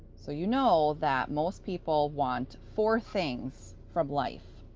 so you know that most people want four things from life.